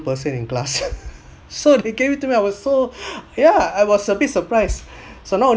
person in class so they gave it to me I was so yeah I was a bit surprised so not only